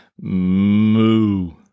Moo